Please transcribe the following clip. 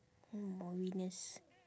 hmm or winners